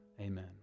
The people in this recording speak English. Amen